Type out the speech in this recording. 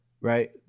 right